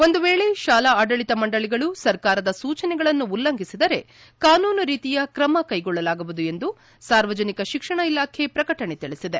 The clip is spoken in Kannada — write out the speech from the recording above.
ಒಂದು ವೇಳೆ ಶಾಲಾ ಆಡಳಿತ ಮಂಡಳಿಗಳು ಸರ್ಕಾರದ ಸೂಚನೆಗಳನ್ನು ಉಲ್ಲಂಘಿಸಿದರೆ ಕಾನೂನು ರೀತಿಯ ಕ್ರಮ ಕೈಗೊಳ್ಳಲಾಗುವುದು ಎಂದು ಸಾರ್ವಜನಿಕ ಶಿಕ್ಷಣ ಇಲಾಖೆ ಶ್ರಕಟಣೆ ತಿಳಿಸಿದೆ